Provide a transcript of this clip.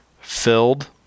filled